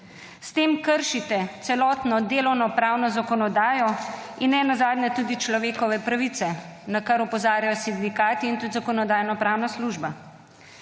S tem kršite celotno delovno pravno zakonodajo in nenazadnje tudi človekove pravice, na kar opozarjajo sindikati in tudi Zakonodajno-pravna služba.